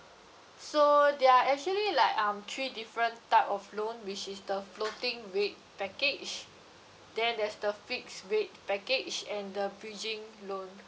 so there are actually like um three different type of loan which is the floating rate package then there's the fixed rate package and the bridging loan